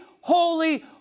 holy